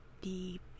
deep